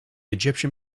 egyptian